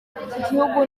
igihugu